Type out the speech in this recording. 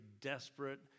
desperate